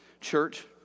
Church